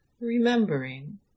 remembering